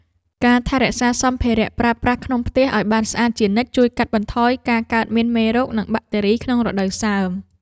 ការថែរក្សាសម្ភារៈប្រើប្រាស់ក្នុងផ្ទះឱ្យបានស្អាតជានិច្ចជួយកាត់បន្ថយការកើតមានមេរោគ និងបាក់តេរីក្នុងរដូវសើម។